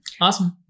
Awesome